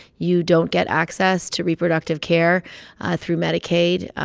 you don't get access to reproductive care through medicaid,